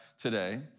today